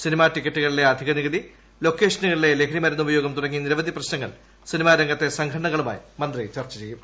cinema ടിക്കറ്റുകളിലെ അധിക്കുന്നീകുതി ലൊക്കേഷനുകളിലെ മരുന്ന് ഉപയോഗം തുടങ്ങി നിരവധി പ്രശ്നങ്ങൾ ലഹരി സിനിമാരംഗത്തെ സംഘടനകളു്മായി ്മന്ത്രി ചർച്ച ചെയ്യും